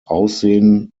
aussehen